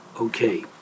Okay